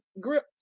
grip